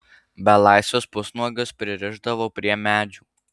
belaisvius pusnuogius pririšdavo prie medžių